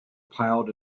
piled